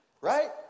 right